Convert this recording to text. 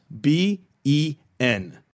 b-e-n